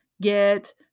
get